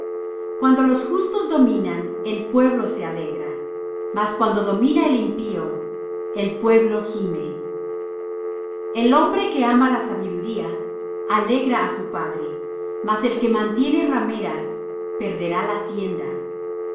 cuando los justos dominan el pueblo se alegra mas cuando domina el impío el pueblo gime el hombre que ama la sabiduría alegra á su padre mas el que mantiene rameras perderá la hacienda